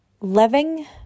Living